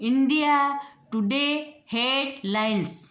India today head lines